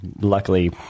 luckily